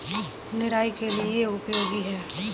निराई के लिए क्या उपयोगी है?